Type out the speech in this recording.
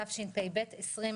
תשפ"ב-2021.